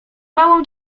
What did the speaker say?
małą